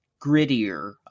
grittier